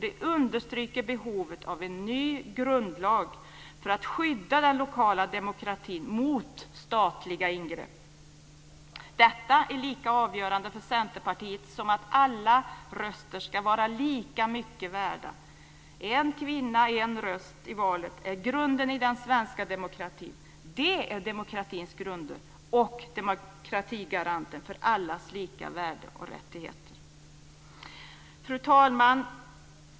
Det understryker behovet av en ny grundlag för att skydda den lokala demokratin mot statliga ingrepp. Detta är lika avgörande för Centerpartiet som att alla röster ska vara lika mycket värda. En kvinna en röst i valet. Det är grunden i den svenska demokratin. Det är demokratins grunder och demokratigaranten för allas lika värde och rättigheter. Fru talman!